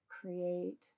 create